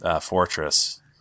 Fortress